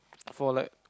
for like